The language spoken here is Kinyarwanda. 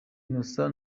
innocent